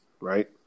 Right